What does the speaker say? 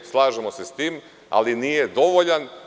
Slažemo se sa tim, ali nije dovoljan.